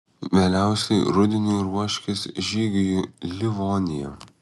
vėliausiai rudeniui ruoškis žygiui į livoniją